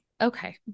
Okay